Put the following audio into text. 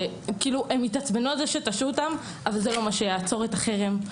הם התעצבנו שהשעו אותם אבל זה לא מה שיעצור את החרם.